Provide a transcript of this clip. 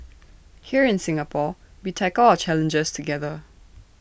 here in Singapore we tackle our challenges together